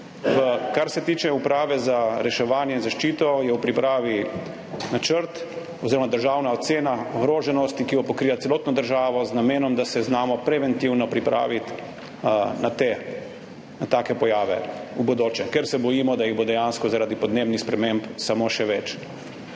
Kar se tiče Uprave za zaščito in reševanje, je v pripravi načrt oziroma državna ocena ogroženosti, ki pokriva celotno državo z namenom, da se znamo preventivno pripraviti na take pojave v bodoče, ker se bojimo, da jih bo dejansko zaradi podnebnih sprememb samo še več.